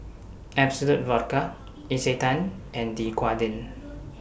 Absolut Vodka Isetan and Dequadin